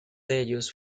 ellos